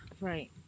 right